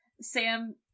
Sam